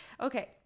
okay